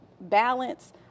balance